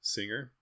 Singer